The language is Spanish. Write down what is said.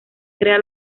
crea